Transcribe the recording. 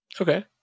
Okay